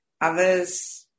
Others